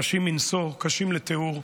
קשים מנשוא, קשים לתיאור,